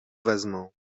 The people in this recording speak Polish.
wezmą